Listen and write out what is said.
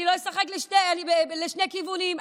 אני לא אשחק לשני כיוונים,